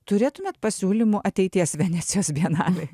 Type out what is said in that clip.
turėtumėt pasiūlymų ateities venecijos bienalei